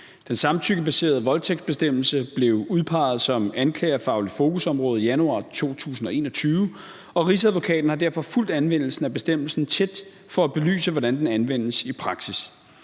Den samtykkebaserede voldtægtsbestemmelse blev udpeget som anklagerfagligt fokusområde i januar 2021, og Rigsadvokaten har derfor fulgt anvendelsen af bestemmelsen tæt for at belyse, hvordan den anvendes i praksis.